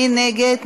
מי נגד?